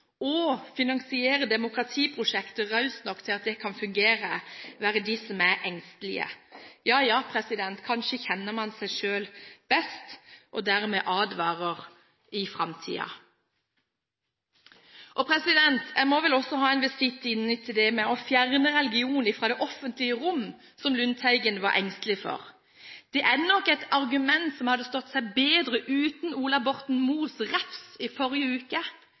raust nok til at de kan fungere, være dem som er engstelige. Ja, ja, kanskje kjenner man seg selv best og dermed advarer om framtiden. Jeg må vel også avlegge en visitt når det gjelder det å fjerne religion fra det offentlige rom, som Lundteigen var engstelig for. Det er nok et argument som hadde stått seg bedre uten Ola Borten Moes refs i forrige uke